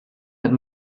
that